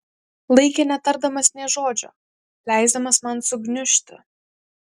laikė netardamas nė žodžio leisdamas man sugniužti